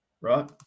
Right